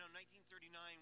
1939